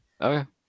okay